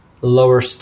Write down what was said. lower